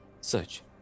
search